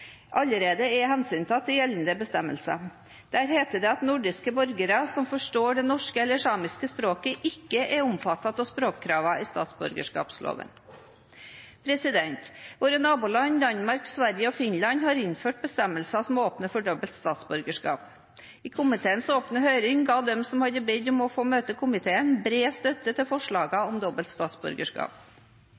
allerede er hensyntatt i gjeldende bestemmelser. Der heter det at nordiske borgere som forstår det norske eller samiske språket, ikke er omfattet av språkkravene i statsborgerskapsloven. Våre naboland Danmark, Sverige og Finland har innført bestemmelser som åpner for dobbelt statsborgerskap. I komiteens åpne høring ga de som hadde bedt om å få møte komiteen, bred støtte til forslaget om dobbelt statsborgerskap.